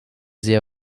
sehr